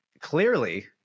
clearly